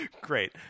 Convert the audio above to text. Great